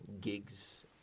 gigs